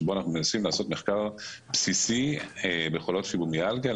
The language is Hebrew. שבו מנסים לעשות מחקר בסיסי בחולות פיברומיאלגיה,